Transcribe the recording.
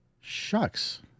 shucks